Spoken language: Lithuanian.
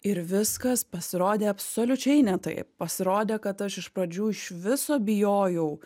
ir viskas pasirodė absoliučiai ne taip pasirodė kad aš iš pradžių iš viso bijojau